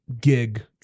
gig